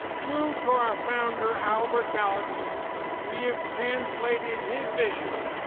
true to our founder albert gallatin we have translated his vision